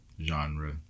genre